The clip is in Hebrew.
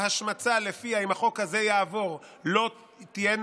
ההשמצה שלפיה אם החוק הזה יעבור לא תהיינה